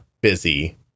busy